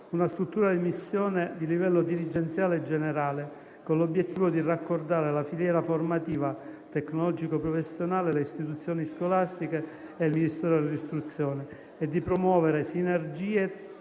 una struttura di missione di livello dirigenziale generale, con l'obiettivo di raccordare la filiera formativa tecnologico-professionale, le istituzioni scolastiche e il Ministero dell'istruzione e di promuovere sinergie